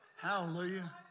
Hallelujah